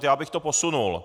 Já bych to posunul.